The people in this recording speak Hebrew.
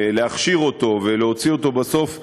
להכשיר אותו ולהוציא אותו בסוף לפעילות,